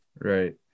Right